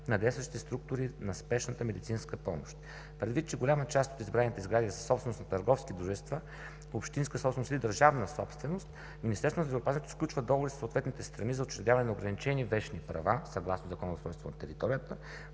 на действащи структури на Спешната медицинска помощ. Предвид че голяма част от изброените сгради са собственост на търговски дружества – общинска собственост или държавна собственост, Министерството на здравеопазването сключва договори със съответните страни за учредяване на ограничени вещни права, съгласно Закона за устройство на територията,